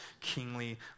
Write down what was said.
kingly